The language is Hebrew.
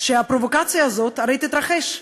שהפרובוקציה הזאת הרי תתרחש.